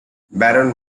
barron